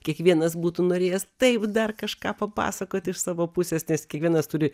kiekvienas būtų norėjęs taip dar kažką papasakot iš savo pusės nes kiekvienas turi